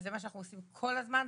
זה מה שאנחנו עושים כל הזמן,